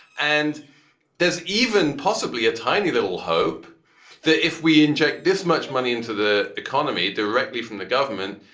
and there's even possibly a tiny little hope that if we inject this much money into the economy directly from the government,